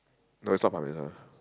no is not